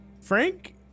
Frank